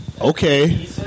Okay